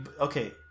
Okay